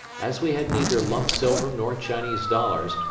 as we had neither lump silver nor chinese dollars,